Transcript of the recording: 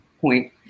point